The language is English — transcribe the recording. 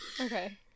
okay